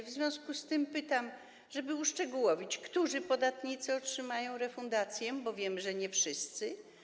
W związku z tym pytam, żeby uszczegółowić: Którzy podatnicy otrzymają refundację, bo wiem, że nie wszyscy?